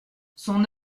son